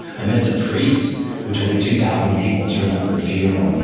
i met the priest who told me two thousand people turned up at her funeral. and